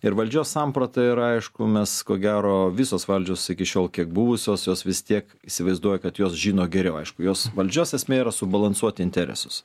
ir valdžios samprata ir aišku mes ko gero visos valdžios iki šiol kiek buvusios jos vis tiek įsivaizduoja kad jos žino geriau aišku jos valdžios esmė yra subalansuot interesus